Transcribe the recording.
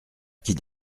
qu’il